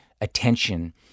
attention